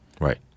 Right